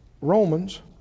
Romans